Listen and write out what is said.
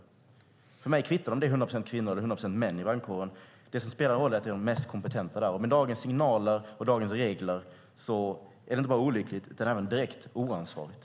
För mig kvittar det om det är hundra procent kvinnor eller hundra procent män i brandkåren. Det som spelar roll är att det är de mest kompetenta som arbetar där. Med dagens signaler och dagens regler är det inte bara olyckligt utan även direkt oansvarigt.